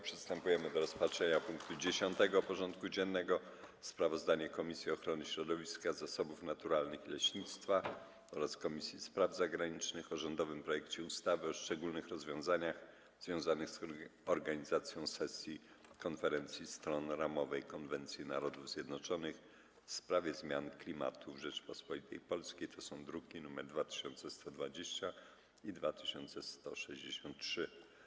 Przystępujemy do rozpatrzenia punktu 10. porządku dziennego: Sprawozdanie Komisji Ochrony Środowiska, Zasobów Naturalnych i Leśnictwa oraz Komisji Spraw Zagranicznych o rządowym projekcie ustawy o szczególnych rozwiązaniach związanych z organizacją sesji Konferencji Stron Ramowej konwencji Narodów Zjednoczonych w sprawie zmian klimatu w Rzeczypospolitej Polskiej (druki nr 2120 i 2163)